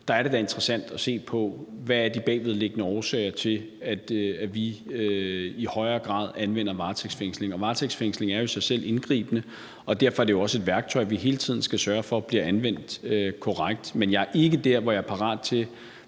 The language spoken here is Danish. med, er det da interessant at se på, hvad de bagvedliggende årsager er til, at vi i højere grad anvender varetægtsfængsling. Varetægtsfængsling er jo i sig selv indgribende, og derfor er det også et værktøj, vi hele tiden skal sørge for bliver anvendt korrekt. Men jeg er ikke der, hvor jeg er parat til